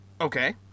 Okay